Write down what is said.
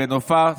בנוסף,